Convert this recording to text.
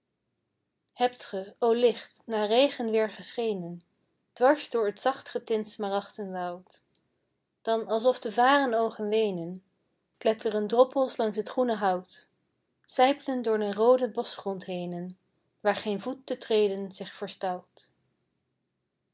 hebt ge o licht na regen weer geschenen dwars door t zachtgetint smaragden woud dan alsof de varenoogen weenen kletteren droppels langs het groene hout sijplen door den rooden boschgrond henen waar geen voet te treden zich verstout